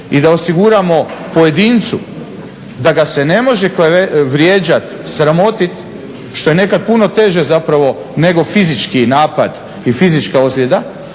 i da osiguramo pojedincu da ga se ne može vrijeđati, sramotiti, što je nekad puno teže nego fizički napad i fizička ozljeda,